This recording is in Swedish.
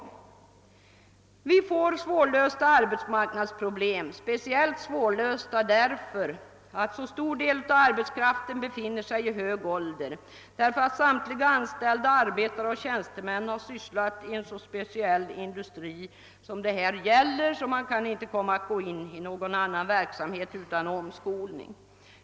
Det uppstår genom nedläggelsen av Konstsilke svårlösta arbetsmarknadsproblem, speciellt svårlösta därför att så stor del av arbetskraften befinner sig i hög ålder och därför att samtliga anställda — såväl arbetare som tjänstemän — som sysslat i denna speciella industri, inte kan övergå till annan verksamhet utan omskolning.